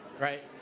right